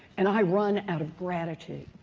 and i run out of gratitude.